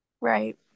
Right